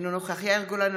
אינו נוכח יאיר גולן,